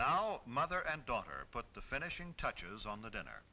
other and daughter but the finishing touches on the dinner